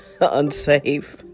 unsafe